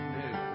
new